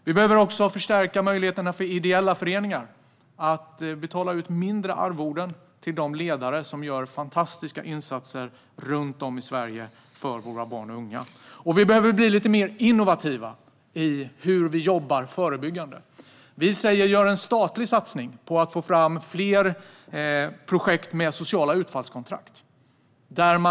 Vi behöver också förstärka möjligheterna för ideella föreningar att betala mindre arvoden till de ledare som gör fantastiska insatser runt om i Sverige för våra barn och unga. Vi behöver bli lite mer innovativa i hur vi jobbar förebyggande. Gör en statlig satsning på att få fram fler projekt med sociala utfallskontrakt!